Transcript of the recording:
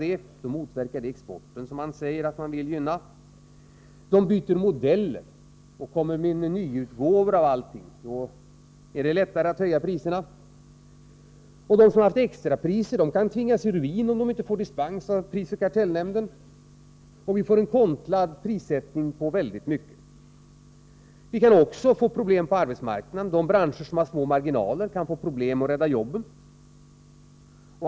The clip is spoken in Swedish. Detta motverkar exporten, som man säger sig vilja gynna. Företagen byter modeller och kommer med nyutgåvor och annat. Då är det lättare att höja priserna. De som har haft extrapriser tvingas 23 i ruin, om de inte får dispens från prisoch kartellnämnden. Och vi får en konstlad prissättning på många varor och tjänster. Vi kan också få problem på arbetsmarknaden. De branscher som har små marginaler kan få problem med att rädda jobben.